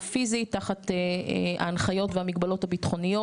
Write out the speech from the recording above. פיזית תחת ההנחיות והמגבלות הביטחוניות.